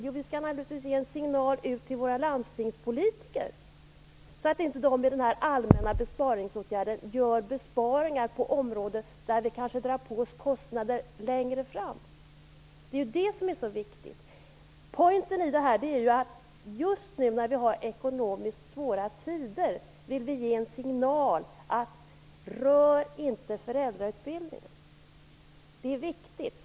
Ja, vi skall naturligtvis ge en signal till våra landstingspolitiker så att de i den allmänna besparingsivern inte gör sådana besparingar som medför att vi drar på oss kostnader längre fram. Det är viktigt. Poängen med detta är att vi just när vi har ekonomiskt svåra tider vill ge signalen: Rör inte föräldrautbildningen! Det är viktigt.